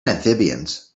amphibians